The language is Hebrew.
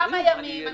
לא